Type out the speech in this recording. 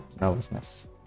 nervousness